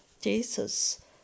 Jesus